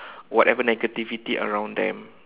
whatever negativity around them